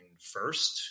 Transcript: first